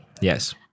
yes